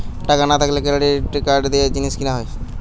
টাকা না থাকলে ক্রেডিট কার্ড দিয়ে জিনিস কিনা যায়